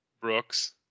Brooks